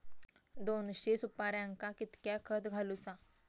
दोनशे सुपार्यांका कितक्या खत घालूचा?